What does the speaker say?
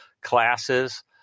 classes